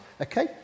Okay